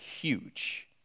huge